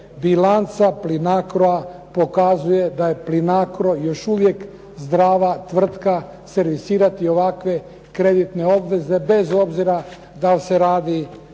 bilanca Plinacroa pokazuje da je Plinacro još uvijek zdrava tvrtka servisirati ovakve kreditne obveze bez obzira da li se radi